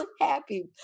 happy